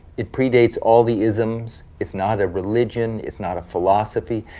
it predates all the isms, it's not a religion, it's not a philosophy,